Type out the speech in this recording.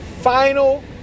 final